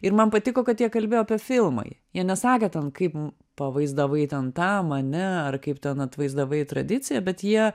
ir man patiko kad jie kalbėjo apie filmą jie nesakė ten kaip pavaizdavai ten tą mane ar kaip ten atvaizdavai tradiciją bet jie